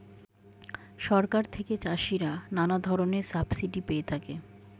সরকার থেকে চাষিরা নানা ধরনের সাবসিডি পেয়ে থাকে